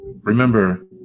Remember